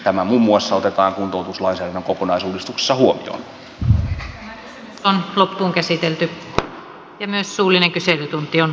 tämä muun muassa otetaan kuntoutuslainsäädännön kokonaisuudistuksessa huomioon